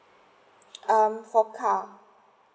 um for car